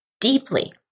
deeply